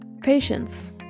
Patience